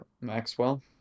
Maxwell